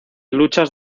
luchas